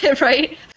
Right